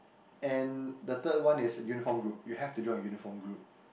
and the third one is a uniform group you have to join a uniform group